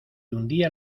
hundía